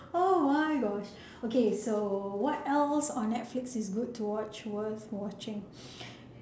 oh my gosh okay so what else on netflix is good to watch worth watching